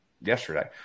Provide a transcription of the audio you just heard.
yesterday